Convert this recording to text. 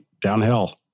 downhill